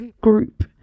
group